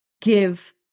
give